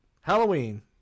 Halloween